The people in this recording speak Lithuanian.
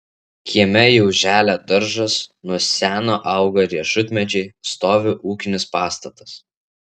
kieme jau želia daržas nuo seno auga riešutmedžiai stovi ūkinis pastatas